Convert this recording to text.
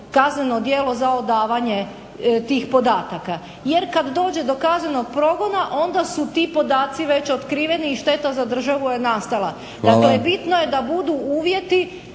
kazneno djelo za odavanje tih podataka, jer kad dođe do kaznenog progona onda su ti podaci već otkriveni i šteta za državu je nastala. Dakle bitno je da budu uvjeti